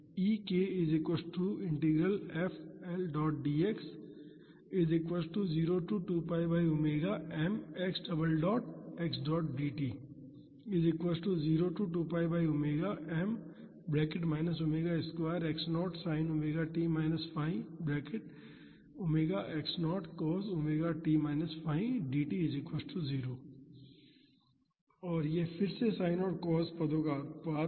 और यह फिर से sin और cos पदों का उत्पाद है